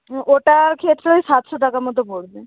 ওটার ক্ষেত্রে ওই সাতশো টাকা মতো পড়বে